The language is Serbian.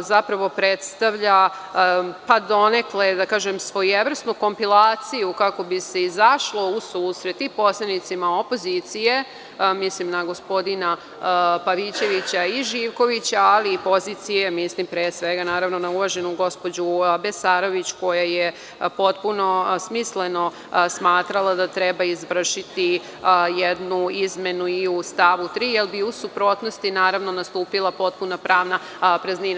zapravo predstavlja donekle svojevrsnu kompilaciju, kako bi se izašlo u susret i poslanicima opozicije, mislim na gospodina Pavićevića i Živkovića, ali i pozicije, mislim pre svega, naravno, na uvaženu gospođu Besarović, koja je potpuno smisleno smatrala da treba izvršiti jednu izmenu i u stavu 3. jer bi, u suprotnosti, naravno, nastupila potpuna pravna praznina.